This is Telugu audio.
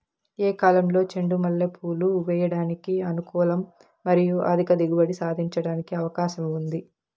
ఏ కాలంలో చెండు మల్లె పూలు వేయడానికి అనుకూలం మరియు అధిక దిగుబడి సాధించడానికి అవకాశం ఉంది?